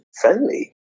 friendly